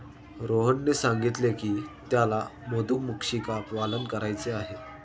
रोहनने सांगितले की त्याला मधुमक्षिका पालन करायचे आहे